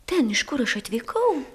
ten iš kur aš atvykau